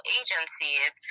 agencies